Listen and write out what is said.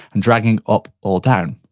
and dragging up or down.